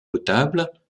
potable